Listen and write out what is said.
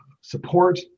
support